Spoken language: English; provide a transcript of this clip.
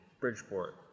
Bridgeport